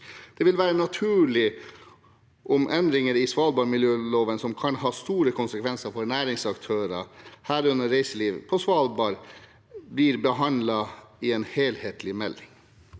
Det vil være naturlig om endringer i svalbardmiljøloven som kan ha store konsekvenser for næringsaktører på Svalbard, herunder reiselivet, blir behandlet i en helhetlig melding.